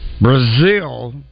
Brazil